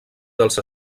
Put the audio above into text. dels